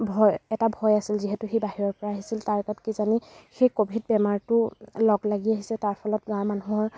ভয় এটা ভয় আছিল যিহেতু সি বাহিৰৰ পৰা আহিছিল তাৰ গাত কিজানি সেই ক'ভিড বেমাৰটো লগ লাগি আহিছে তাৰ ফলত গাঁৱৰ মানুহৰ